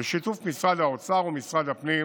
בשיתוף משרד האוצר ומשרד הפנים,